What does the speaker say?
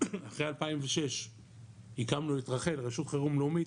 אחרי 2006 הקמנו את רח"ל, רשות חירום לאומית,